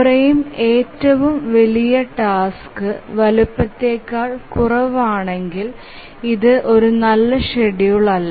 frame ഏറ്റവും വലിയ task വലുപ്പത്തേക്കാൾ കുറവാണെങ്കിൽ ഇത് ഒരു നല്ല ഷെഡ്യൂൾ അല്ല